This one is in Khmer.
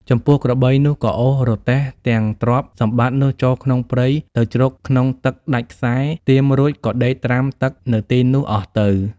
ចំពោះក្របីនោះក៏អូសរទេះទាំងទ្រព្យសម្បត្តិនោះចូលក្នុងព្រៃទៅជ្រកក្នុងទឹកដាច់ខ្សែទាមរួចក៏ដេកត្រាំទឹកនៅទីនោះអស់ទៅ។